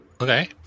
okay